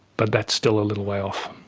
but that's still a little way off.